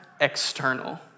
external